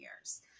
years